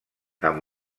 amb